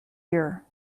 year